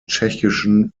tschechischen